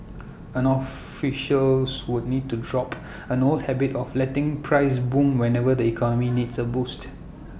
and officials would need to drop an old habit of letting prices boom whenever the economy needs A boost